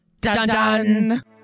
Dun-dun